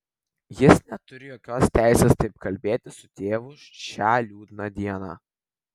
jis neturi jokios teisės taip kalbėti su tėvu šią liūdną dieną